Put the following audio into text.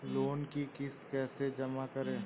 Loan की किश्त कैसे जमा करें?